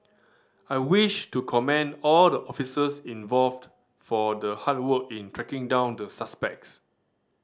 I wish to commend all the officers involved for the hard work in tracking down the suspects